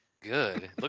Good